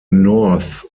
north